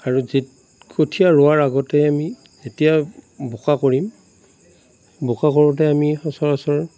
আৰু যেত কঠীয়া ৰোৱাৰ আগতে আমি যেতিয়া বোকা কৰিম বোকা কৰোঁতে আমি সচৰাচৰ